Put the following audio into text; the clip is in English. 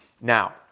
Now